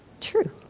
true